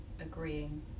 agreeing